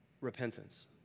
Repentance